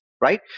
right